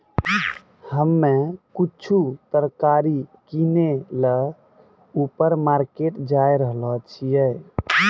हम्मे कुछु तरकारी किनै ल ऊपर मार्केट जाय रहलो छियै